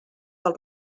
del